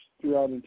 throughout